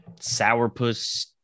sourpuss